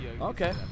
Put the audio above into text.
Okay